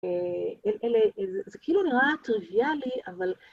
אלה, זה כאילו נראה טריוויאלי, אבל...